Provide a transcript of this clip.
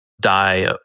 die